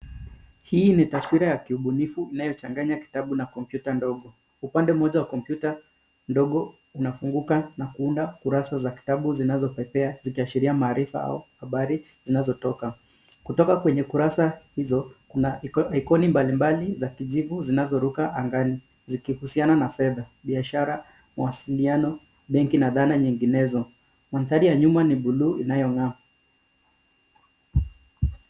Hii ni taswira ya kiubunifu inayochanganya vitabu na kompyuta ndogo. Upande moja wa kompyuta ndogo unafunguka na kuunda kurasa za kitabu zinazopepea zikishiria maarifa au habari zinazotoka. Kutoka kwenye kurasa hizo kuna ikoni mbalimbali za kijivu zinazoruka angani zikihusiana na fedha, biashara, mawasiliano, benki na dhana nyinginezo. Mandhari ya nyuma ni buluu inayong'aa.